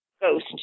ghost